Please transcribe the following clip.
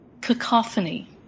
cacophony